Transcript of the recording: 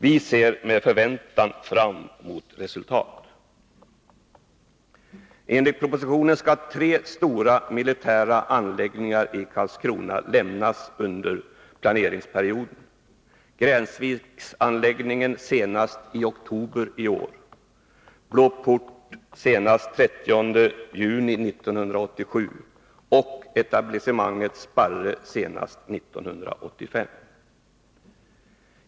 Vi ser med förväntan fram mot resultat. Enligt propositionen skall tre stora militära anläggningar i Karlskrona lämnas under planeringsperioden — Gräsviksanläggningen senast i oktober i år, Blå Port senast den 30 juni 1987 och etablissementet Sparre senast 1985.